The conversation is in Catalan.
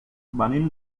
venim